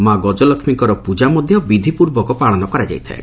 ମା ଗଜଲକ୍ଷୀଙ୍କର ପୂଜା ମଧ୍ଧ ବିଧି ପୂର୍ବକ ପାଳନ କରାଯାଇଥାଏ